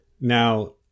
Now